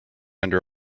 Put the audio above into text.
under